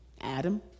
Adam